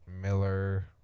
Miller